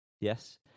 Yes